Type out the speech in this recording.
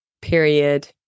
period